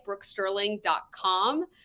brooksterling.com